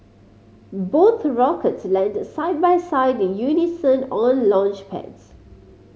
both rockets landed side by side in unison on launchpads